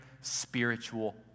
spiritual